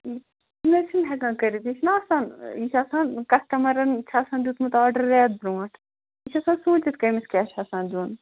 ییٚتہِ چھِنہٕ ہٮ۪کان کٔرِتھ ییٚتہِ چھُناہ آسان یہِ چھُ آسان کَسٹَٕمَرَن چھُ آسان دیُمُت آرڈر رٮ۪تھ برٛونٛٹھ یہِ چھُ آسان سوٗنچھِتھ کٔمِس کیٛاہ چھُ آسان دیُن